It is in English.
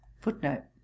Footnote